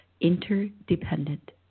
interdependent